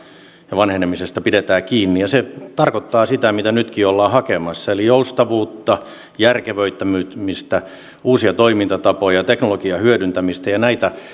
ja vanhenemisesta pidämme kiinni ja se tarkoittaa sitä mitä nytkin ollaan hakemassa eli joustavuutta järkevöittämistä uusia toimintatapoja teknologian hyödyntämistä näitä